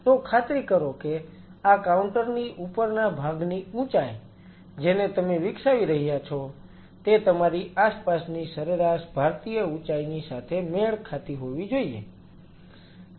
તો ખાતરી કરો કે આ કાઉન્ટર ની ઉપરના ભાગની ઉંચાઇ જેને તમે વિકસાવી રહ્યા છો તે તમારી આસપાસની સરેરાશ ભારતીય ઉંચાઇની સાથે મેળ ખાતી હોવી જોઈએ